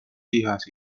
hijas